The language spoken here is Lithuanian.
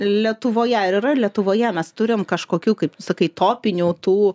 lietuvoje ar yra lietuvoje mes turime kažkokių kaip sakai topinių tų